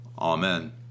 Amen